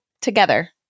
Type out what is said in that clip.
together